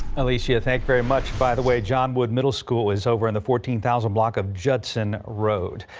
alicia thanks very much by the way john wood middle school is over in the fourteen thousand block of judson road.